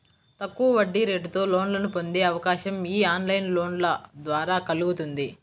తక్కువ వడ్డీరేటుతో లోన్లను పొందే అవకాశం యీ ఆన్లైన్ లోన్ల ద్వారా కల్గుతుంది